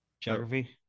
geography